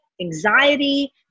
anxiety